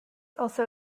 also